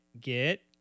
Get